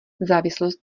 závislost